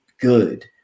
good